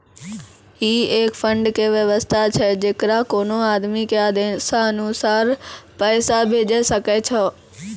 ई एक फंड के वयवस्था छै जैकरा कोनो आदमी के आदेशानुसार पैसा भेजै सकै छौ छै?